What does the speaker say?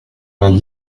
vingt